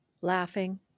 laughing